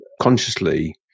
consciously